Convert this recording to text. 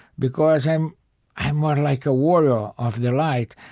because i'm i'm more like a warrior of the light.